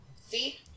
See